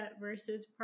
versus